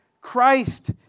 Christ